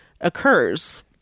occurs